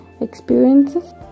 experiences